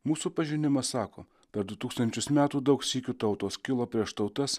mūsų pažinimas sako per du tūkstančius metų daug sykių tautos kilo prieš tautas